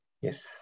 Yes